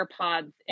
airpods